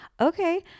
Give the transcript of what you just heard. Okay